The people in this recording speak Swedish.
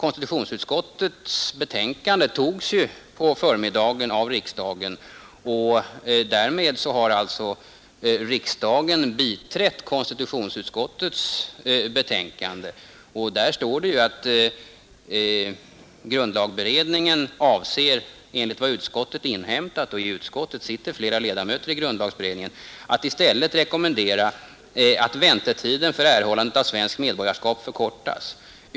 Riksdagen antog ju på förmiddagen konstitutionsutskottets betänkande nr 47. Där står det att grundlagberedningen ”avser enligt vad utskottet inhämtat” — och i utskottet sitter flera ledamöter av grundlagberedningen — ”att i stället rekommendera att väntetiden för erhållande av svenskt medborgarskap förkortas.